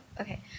Okay